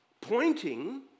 pointing